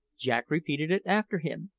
jack repeated it after him,